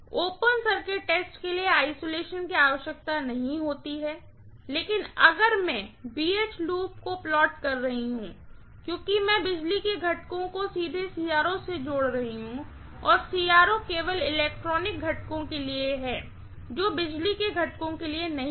open circuit test के लिए isolation की आवश्यकता नहीं होती है लेकिन अगर मैं BH लूप की प्लाट कर रही हूँ क्योंकि मैं बिजली के घटकों को सीधे CRO से जोड़ रहा हूं और CRO केवल इलेक्ट्रॉनिक्स घटकों के लिए है जो पावर के घटकों के लिए नहीं है